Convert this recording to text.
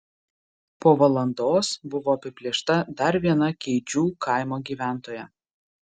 po valandos buvo apiplėšta dar viena keidžių kaimo gyventoja